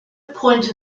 point